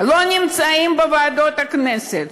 לא נמצאים בוועדות הכנסת.